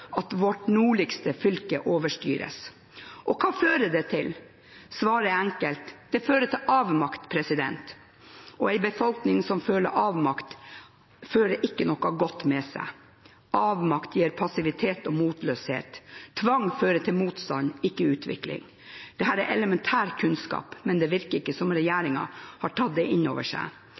til? Svaret er enkelt. Det fører til avmakt, og en befolkning som føler avmakt, fører ikke noe godt med seg. Avmakt gir passivitet og motløshet. Tvang fører til motstand, ikke utvikling. Dette er elementær kunnskap, men det virker ikke som om regjeringen har tatt det inn over seg.